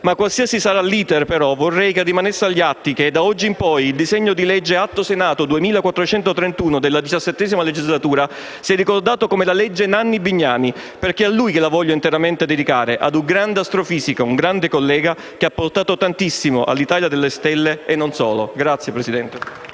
sia. Quale che sia l'*iter*, però, vorrei rimanesse agli atti che da oggi in poi l'Atto Senato 2431 della XVII Legislatura sarà ricordato come la legge Nanni-Bignami, perché è a lui che la voglio interamente dedicare, ad un grande astrofisico e un grande collega, che ha portato tantissimo all'Italia delle stelle e non solo. *(Applausi